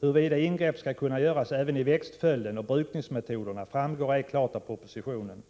Huruvida ingrepp skall kunna göras även i växtföljden och brukningsmetoderna framgår ej klart av propositionen.